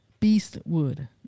Beastwood